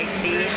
see